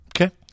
Okay